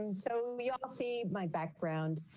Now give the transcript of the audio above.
and so we all see my background,